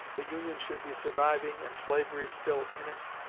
the union should be surviving and slavery still in it